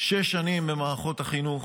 שש שנים במערכות החינוך,